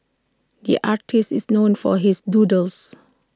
the artist is known for his doodles